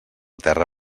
terra